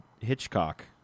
Hitchcock